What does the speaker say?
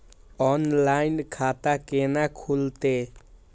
Online खाता केना खुलते?